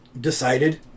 Decided